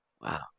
Wow